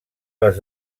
les